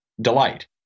delight